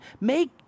make